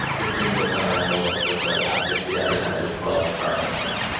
rich greenfield sent around a list of the top sixty advertisers. twelve are car companies.